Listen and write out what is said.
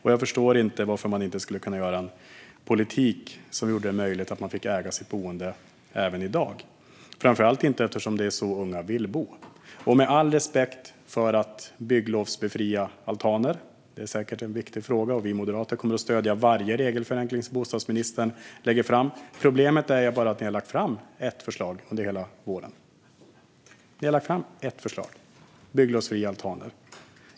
Jag förstår inte varför man inte skulle kunna driva en politik som gör det möjligt för människor att äga sitt boende även i dag, framför allt med tanke på att det är så unga vill bo. Jag har all respekt för att altaner ska bygglovsbefrias. Det är säkert en viktig fråga, och vi moderater kommer att stödja varje regelförenkling som bostadsministern lägger fram. Problemet är bara att man har lagt fram ett förslag under hela våren. Man har lagt fram ett enda förslag, nämligen det om bygglovsfria altaner.